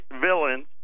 villains